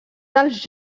dels